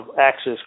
access